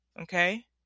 Okay